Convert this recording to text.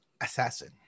assassin